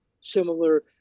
similar